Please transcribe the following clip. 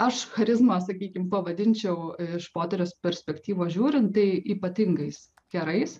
aš charizmą sakykim pavadinčiau iš poterio perspektyvos žiūrint tai ypatingais kerais